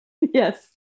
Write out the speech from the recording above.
Yes